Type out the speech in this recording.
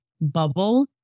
bubble